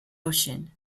ocean